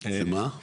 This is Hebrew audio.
שמה?